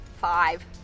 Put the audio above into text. Five